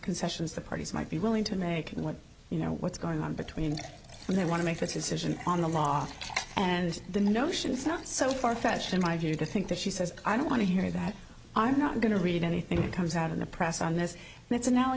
concessions the parties might be willing to make and what you know what's going on between when they want to make this decision on the law and the notion it's not so farfetched in my view to think that she says i don't want to hear that i'm not going to read anything that comes out of the press on this and it's anal